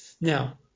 Now